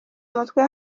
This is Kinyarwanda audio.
mutwe